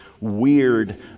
weird